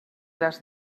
les